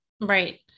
Right